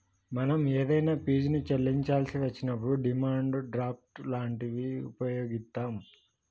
మనం ఏదైనా ఫీజుని చెల్లించాల్సి వచ్చినప్పుడు డిమాండ్ డ్రాఫ్ట్ లాంటివి వుపయోగిత్తాం